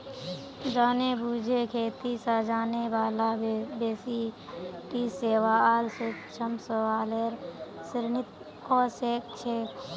जानेबुझे खेती स जाने बाला बेसी टी शैवाल सूक्ष्म शैवालेर श्रेणीत ओसेक छेक